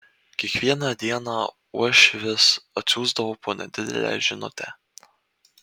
kiekvieną dieną uošvis atsiųsdavo po nedidelę žinutę